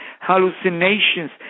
hallucinations